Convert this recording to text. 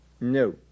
No